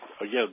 again